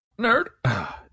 Nerd